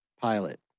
pilot